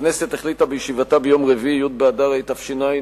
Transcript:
הכנסת החליטה בישיבתה ביום רביעי, י' באדר התש"ע,